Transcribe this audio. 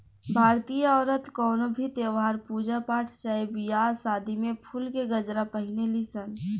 भारतीय औरत कवनो भी त्यौहार, पूजा पाठ चाहे बियाह शादी में फुल के गजरा पहिने ली सन